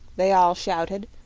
they all shouted,